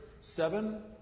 seven